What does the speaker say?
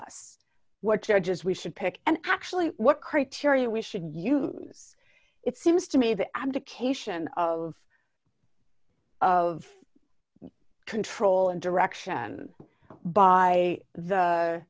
us what charges we should pick and actually what criteria we should use it seems to me the abdication of of control and direction by the